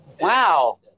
Wow